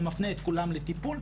הוא מפנה את כולם לטיפול.